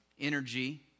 energy